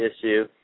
issue